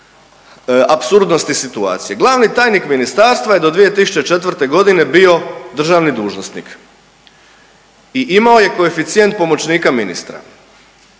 apsurdnosti situacije. Glavni tajnik ministarstva je do 2004.g. bio državni dužnosnik i imao je koeficijent pomoćnika ministra,